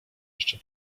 jeszcze